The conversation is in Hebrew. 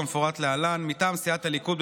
כמפורט להלן: מטעם סיעת הליכוד,